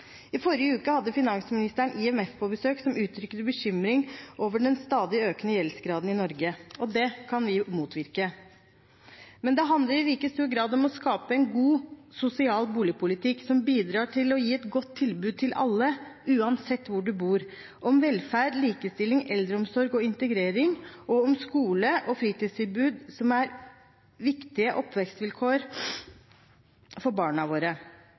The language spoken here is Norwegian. I forrige uke hadde finansministeren IMF på besøk, som uttrykte bekymring over den stadig økende gjeldsgraden i Norge. Det kan vi motvirke. Men det handler i like stor grad om å skape en god sosial boligpolitikk, som bidrar til å gi et godt tilbud til alle uansett hvor man bor, om velferd, likestilling, eldreomsorg og integrering, og om skole og fritidstilbud som er viktige oppvekstsvilkår for barna våre.